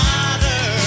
Father